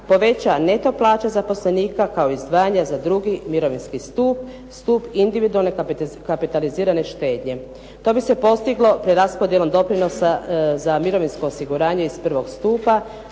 poveća neto plaća zaposlenika kao i izdvajanja za drugi mirovinski stup, stup individualne kapitalizirane štednje. To bi se postiglo preraspodjelom doprinosa za mirovinsko osiguranje iz prvog stupa